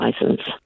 license